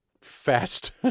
fast